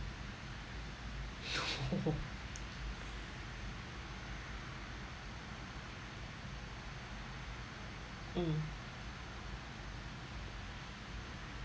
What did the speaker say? oh mm